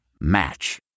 Match